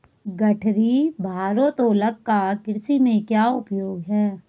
गठरी भारोत्तोलक का कृषि में क्या उपयोग है?